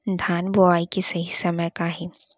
धान बोआई के सही समय का हे?